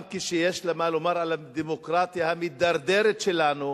גם כשיש לה מה לומר על הדמוקרטיה המידרדרת שלנו,